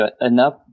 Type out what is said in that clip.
enough